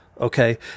okay